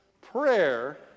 prayer